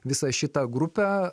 visą šitą grupę